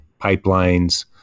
pipelines